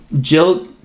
Jill